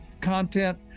content